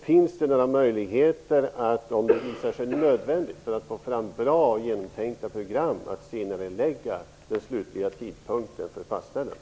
Finns det några möjligheter att, om det visar sig nödvändigt för att få fram bra och genomtänkta program, senarelägga den slutliga tidpunkten för fastställandet?